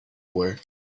away